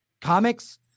comics